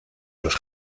los